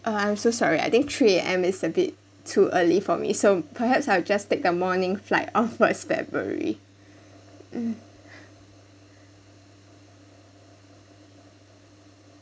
uh I'm so sorry I think three A_M is a bit too early for me so perhaps I'll just take the morning flight of first february mm